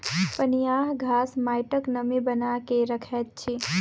पनियाह घास माइटक नमी बना के रखैत अछि